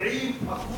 ו-70%